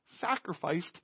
sacrificed